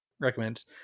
recommends